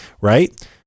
right